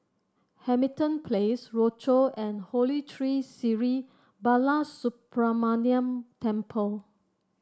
Hamilton Place Rochor and Holy Tree Sri Balasubramaniar Temple